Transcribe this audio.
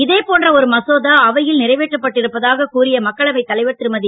இதே போன்ற ஒரு மசோதா அவையில் நிறைவேற்றப்பட்டிருப்பதாக கூறிய மக்களவைத் தலைவர் திருமதி